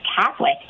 Catholic